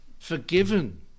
Forgiven